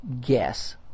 guess